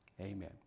Amen